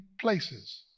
places